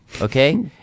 okay